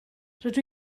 rydw